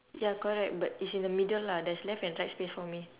ya correct but it's in the middle lah there's left and right space for me